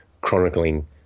chronicling